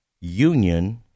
union